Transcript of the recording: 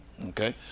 Okay